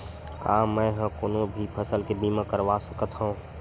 का मै ह कोनो भी फसल के बीमा करवा सकत हव?